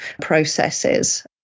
processes